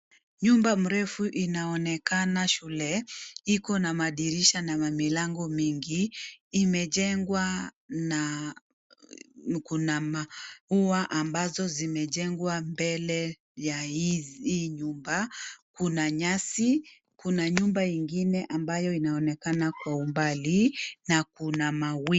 Nyumba mrefu inaonekana shule, iko na madirisha na mamilango mingi, imejengwa na kuna maua ambazo zimejengwa mbele ya hii nyumba, kuna nyasi, kuna nyumba ingine ambayo inaonekana kwa umbali, na kuna mawingu.